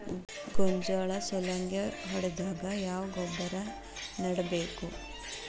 ಗೋಂಜಾಳ ಸುಲಂಗೇ ಹೊಡೆದಾಗ ಯಾವ ಗೊಬ್ಬರ ನೇಡಬೇಕು?